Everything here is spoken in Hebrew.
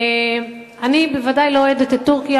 אני בוודאי לא אוהדת את טורקיה.